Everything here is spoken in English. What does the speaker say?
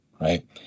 right